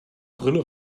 brille